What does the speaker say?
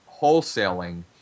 wholesaling